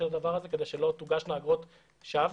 כדי שלא תוגשנה אגרות שווא.